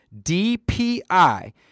DPI